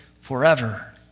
forever